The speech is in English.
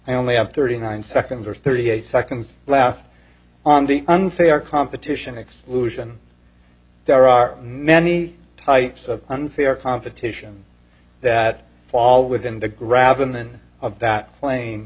i only have thirty nine seconds or thirty eight seconds left on the unfair competition exclusion there are many types of unfair competition that fall within the grab them in of that cla